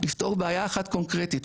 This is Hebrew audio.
לפתור בעיה אחת קונקרטית,